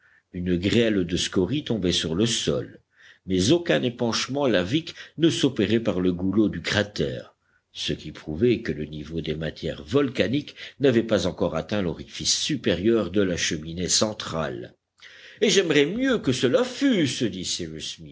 une grêle de scories tombait sur le sol mais aucun épanchement lavique ne s'opérait par le goulot du cratère ce qui prouvait que le niveau des matières volcaniques n'avait pas encore atteint l'orifice supérieur de la cheminée centrale et j'aimerais mieux que cela fût se dit